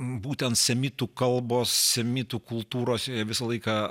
būtent semitų kalbos semitų kultūros visą laiką